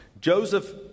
Joseph